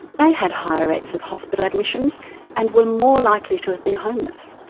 they had higher rates of hospital admissions and were more likely to have been homeless.